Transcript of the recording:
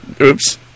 Oops